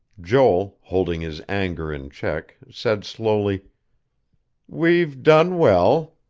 joel, holding his anger in check, said slowly we've done well.